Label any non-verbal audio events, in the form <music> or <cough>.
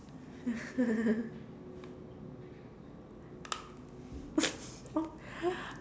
<laughs>